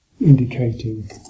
indicating